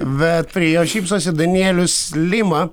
bet prie jo šypsosi danielius lima